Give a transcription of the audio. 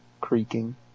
creaking